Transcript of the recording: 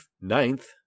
ninth